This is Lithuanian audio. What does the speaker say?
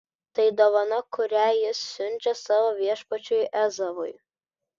tai dovana kurią jis siunčia savo viešpačiui ezavui